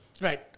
Right